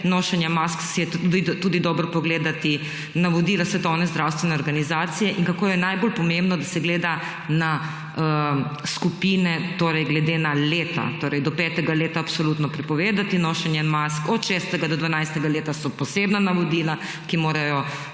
nošenja mask je tudi dobro pogledati navodila Svetovne zdravstvene organizacije in kako je najbolj pomembno, da se gleda na skupine glede na leta, torej do 5. leta absolutno prepovedati nošenje mask, od 6. do 12. leta so posebna navodila, ki morajo